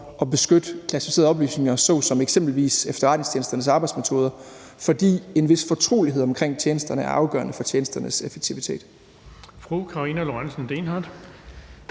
at beskytte klassificerede oplysninger såsom efterretningstjenesternes arbejdsmetoder, fordi en vis fortrolighed om tjenesterne er afgørende for tjenesternes effektivitet.